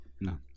No